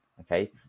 okay